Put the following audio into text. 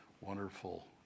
wonderful